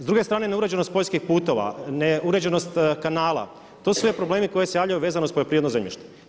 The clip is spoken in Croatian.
S duge strane neuređenost poljskih putova, ne uređenost kanala, to su sve problemi koji se javljaju vezano uz poljoprivredno zemljište.